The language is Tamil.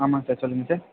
ஆமாம் சார் சொல்லுங்கள் சார்